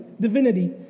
divinity